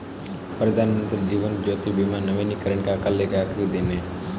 प्रधानमंत्री जीवन ज्योति बीमा नवीनीकरण का कल आखिरी दिन है